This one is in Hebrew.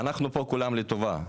אנחנו פה כולם לטובה,